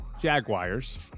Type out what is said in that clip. Jaguars